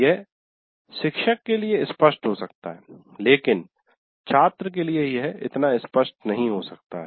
यह शिक्षक के लिए स्पष्ट हो सकता है लेकिन छात्र के लिए यह इतना स्पष्ट नहीं हो सकता है